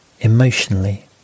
emotionally